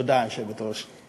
תודה, היושבת-ראש.